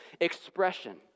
expression